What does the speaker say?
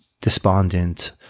despondent